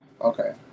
Okay